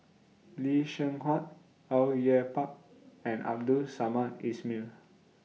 Lee Seng Huat Au Yue Pak and Abdul Samad Ismail